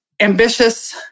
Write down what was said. ambitious